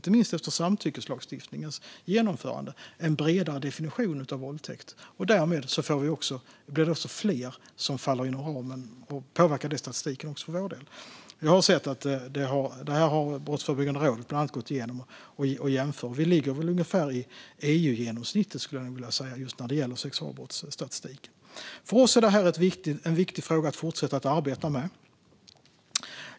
Efter samtyckeslagens genomförande har vi också en bredare definition av våldtäkt, och därmed blir det också fler som faller inom den ramen, vilket påverkar statistiken för vår del. Jag har sett att bland annat Brottsförebyggande rådet har gått igenom det här och jämfört, och vi ligger ungefär vid EU-genomsnittet, skulle jag vilja säga, när det gäller sexualbrottsstatistiken. För oss är det här en viktig fråga att fortsätta arbeta med.